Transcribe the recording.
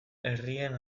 herrien